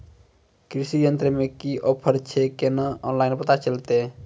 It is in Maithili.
कृषि यंत्र मे की ऑफर छै केना ऑनलाइन पता चलतै?